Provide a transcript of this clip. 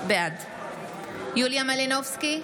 בעד יוליה מלינובסקי,